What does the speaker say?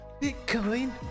Bitcoin